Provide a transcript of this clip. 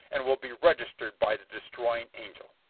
and will be registered by the destroying angel!